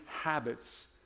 habits